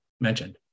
mentioned